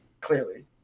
clearly